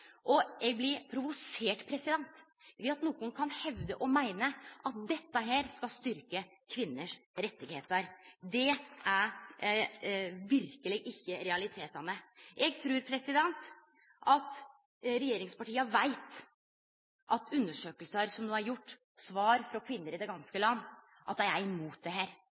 Eg blir provosert av at nokon kan hevde og meine at dette skal styrkje kvinner sine rettar. Det er verkeleg ikkje realitetane. Eg trur at regjeringspartia veit ut frå undersøkingar som no er gjorde og svar frå kvinner i det ganske land, at kvinner er mot dette. Det